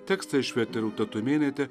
tekstą išvertė rūta tumėnaitė